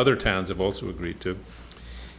other towns have also agreed to